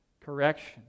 correction